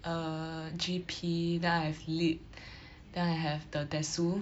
err G_P then I have lit then I have the desu